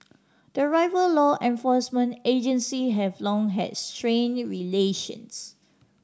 the rival law enforcement agency have long had strained relations